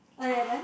(aiya) then